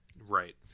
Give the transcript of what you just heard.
Right